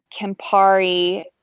campari